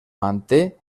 manté